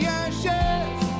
ashes